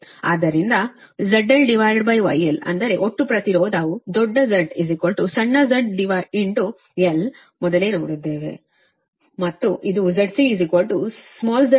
ಆದ್ದರಿಂದ zlγl ಅಂದರೆ ಒಟ್ಟು ಪ್ರತಿರೋಧವು ದೊಡ್ಡ Z ಸಣ್ಣ z l ಮೊದಲೇ ನೋಡಿದ್ದೇವೆ ಮತ್ತು ಇದು ZC Z γl ಸರಿನಾ